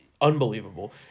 unbelievable